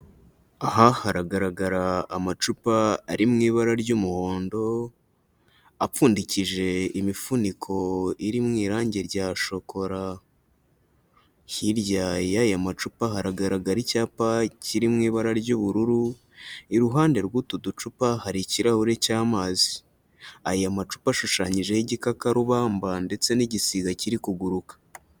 Aha haragaragara amacupa ari mu ibara ry'umuhondo, apfundikije imifuniko iri mu irange rya shokora, hirya y'aya macupa hagaragara icyapa kiri mu ibara ry'ubururu, iruhande rw'utu ducupa hari ikirahuri cy'amazi, aya macupa ashushanyijeho igikakarubamba ndetse n'igisiga kiri kuguruka.